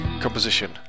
composition